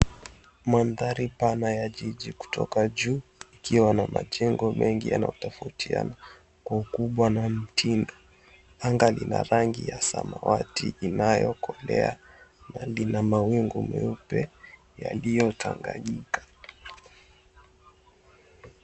Mandhari pana ya jiji kutoka juu ikiwa na majengo mengi yanayotofautiana kwa ukubwa na mtindo. Anga lina rangi ya samawati inayokolea na lina mawingu meupe yaliyotanganyika.